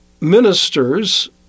ministers